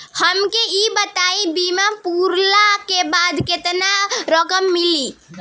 हमके ई बताईं बीमा पुरला के बाद केतना रकम मिली?